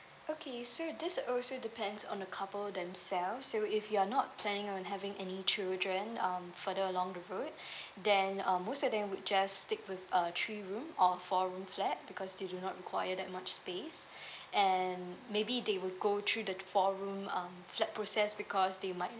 okay so this also depends on the couple themselves so if you're not planning on having any children um further along the route then um most of them would just stick with uh three room or four room flat because you do not require that much space and maybe they will go through the four room um flat process because they might